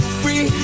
free